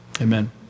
Amen